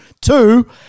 two